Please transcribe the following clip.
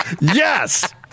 Yes